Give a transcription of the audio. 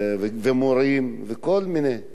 ומורים, וכל מיני.